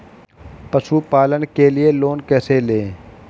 पशुपालन के लिए लोन कैसे लें?